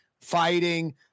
fighting